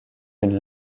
une